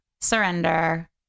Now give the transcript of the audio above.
Surrender